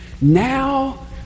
Now